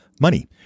money